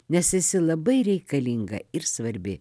nes esi labai reikalinga ir svarbi